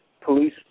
police